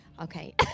Okay